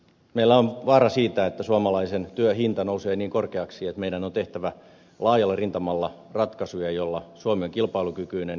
meillä on vaara siitä että suomalaisen työn hinta nousee niin korkeaksi että meidän on tehtävä laajalla rintamalla ratkaisuja joilla suomi on kilpailukykyinen